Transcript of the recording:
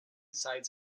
sides